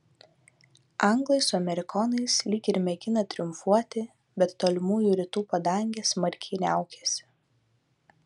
anglai su amerikonais lyg ir mėgina triumfuoti bet tolimųjų rytų padangė smarkiai niaukiasi